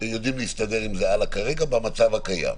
יודעים להסתדר עם זה הלאה כרגע במצב הקיים.